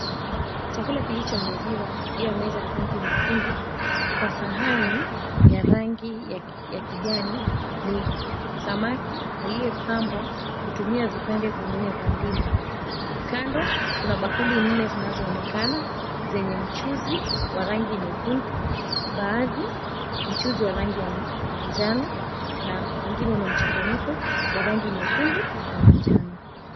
Chakula kilichoandaliwa juu ya meza ya rangi nyekundu kwa sahani ya rangi ya kijani, ni samaki aliyepambwa kutumia vipande vinne vya ndimu. Kando kuna bakuli nne zinazoonekana zenye mchuzi wa rangi nyekundu, mbaazi mchuzi wa rangi ya manjano, na mwingine unamchanganyiko wa rangi nyekundu na manjano.